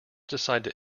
decided